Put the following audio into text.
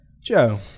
Joe